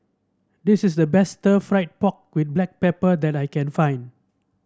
this is the best fried pork with Black Pepper that I can find